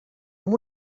amb